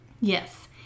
Yes